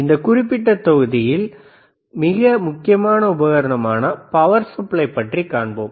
இந்த குறிப்பிட்ட தொகுதியில் மிக முக்கியமான உபகரணமான பவர் சப்ளை பற்றி காண்போம்